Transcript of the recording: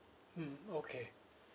mm okay